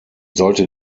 sollte